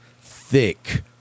thick